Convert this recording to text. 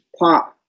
pop